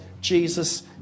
Jesus